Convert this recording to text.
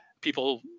People